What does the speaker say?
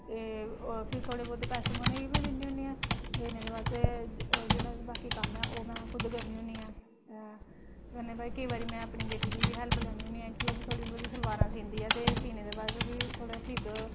ते फिर थोह्ड़े ब्हौत पैसे में उ'नें गी बी दिन्नी होन्नी आं ते जेह्ड़ा बा बाकी कम्म ओह् में खुद करनी होन्नी ऐं केईं बारी में अपनी बेटी दी बी हैल्प लैन्नी आं ओह् बी सलवारां सींदी ऐ ते सीने दे बाद बी थोह्ड़ा